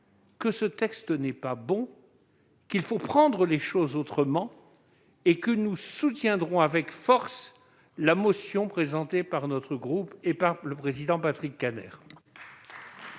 que ce texte n'est pas bon et qu'il faut prendre les choses autrement. En conséquence, nous soutiendrons avec force la motion présentée, au nom de notre groupe, par le président Patrick Kanner.